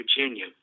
Virginia